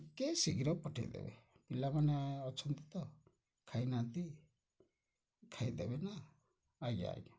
ଟିକେ ଶୀଘ୍ର ପଠାଇଦେବେ ପିଲାମାନେ ଅଛନ୍ତି ତ ଖାଇନାହାନ୍ତି ଖାଇଦେବେ ନା ଆଜ୍ଞା ଆଜ୍ଞା